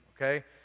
okay